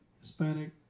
Hispanic